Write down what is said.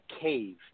cave